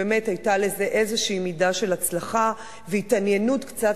באמת היתה לזה איזו מידה של הצלחה והתעניינות קצת